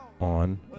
on